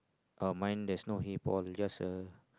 uh mine there is no Hey Paul it's just a